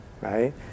right